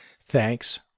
thanks